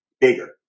bigger